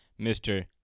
Mr